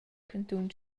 cantun